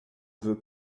veux